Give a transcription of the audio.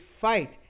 fight